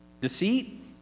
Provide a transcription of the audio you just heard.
deceit